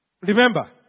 Remember